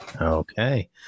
Okay